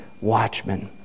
watchmen